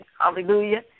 Hallelujah